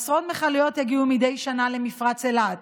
עשרות מכליות יגיעו מדי שנה למפרץ אילת,